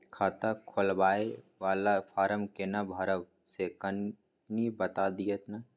खाता खोलैबय वाला फारम केना भरबै से कनी बात दिय न?